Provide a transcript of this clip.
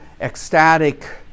ecstatic